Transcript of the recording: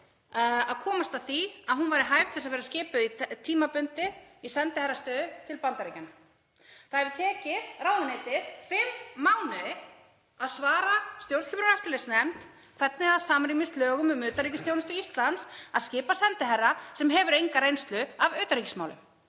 að komast að því að hún væri hæf til að verða skipuð tímabundið í sendiherrastöðu í Bandaríkjunum. Það hefur tekið ráðuneytið fimm mánuði að svara stjórnskipunar- og eftirlitsnefnd um hvernig það samrýmist lögum um utanríkisþjónustu Íslands að skipa sendiherra sem hefur enga reynslu af utanríkismálum.